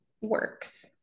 works